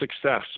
success